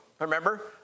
remember